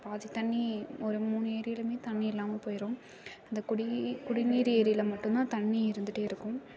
பாதி தண்ணி ஒரு மூணு ஏரியிலையுமே தண்ணி இல்லாமல் போய்டும் அந்த குடி குடிநீர் ஏரியில் மட்டும் தான் தண்ணி இருந்துட்டேயிருக்கும்